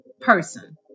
person